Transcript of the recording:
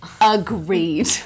Agreed